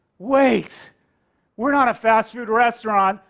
wait we're not a fast-food restaurant,